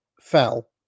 fell